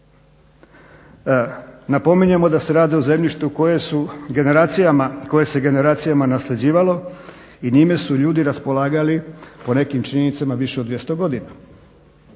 Napominjemo da se radi o zemljištu koje su generacijama nasljeđivalo i njime su ljudi raspolagali po nekim činjenicama više od dvjesto godina.